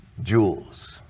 jewels